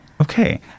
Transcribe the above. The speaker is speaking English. Okay